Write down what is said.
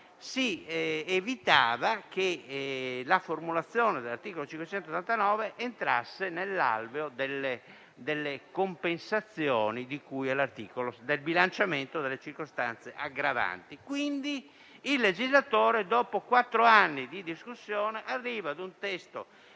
si evitava che la formulazione dell'articolo 589 entrasse nell'alveo delle compensazioni del bilanciamento delle circostanze aggravanti. Pertanto il legislatore, dopo quattro anni di discussione, è arrivato ad un testo